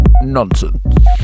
nonsense